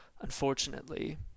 Unfortunately